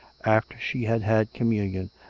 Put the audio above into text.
after she had had communion,